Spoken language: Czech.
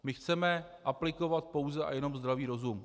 My chceme aplikovat pouze a jenom zdravý rozum.